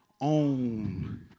own